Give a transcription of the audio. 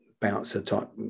bouncer-type